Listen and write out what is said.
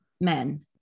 men